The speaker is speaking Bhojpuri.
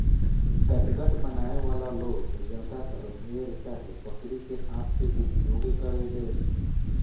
कैटगट बनावे वाला लोग ज्यादातर भेड़ चाहे बकरी के आंत के उपयोग करेले